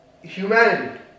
humanity